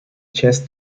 chess